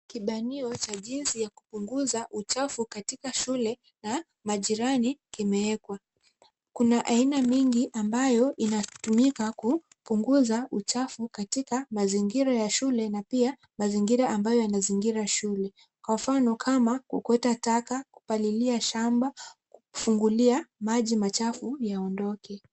Kibanio cha jinsi ya kupunguza uchafu katika shule na majirani kimeekwa. Kuna aina mingi ambayo inatumika kupunguza uchafu, katika mazingira ya shule na pia mazingira ambayo inazingira shule. Kwa mfano kama kuokota taka, kupalilia shamba, kufungulia maji machafu yaondoke.